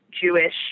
Jewish